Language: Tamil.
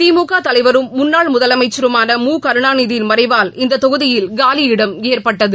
திமுக தலைவரும் முன்னாள் முதலமைச்சருமான மு கருணாநிதியின் மறைவால் இந்த தொகுதியில் காலியிடம் ஏற்பட்டது